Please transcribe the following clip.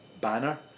banner